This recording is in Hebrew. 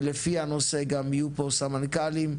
ולפי הנושא גם יהיו פה סמנכ"לים,